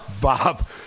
Bob